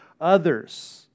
others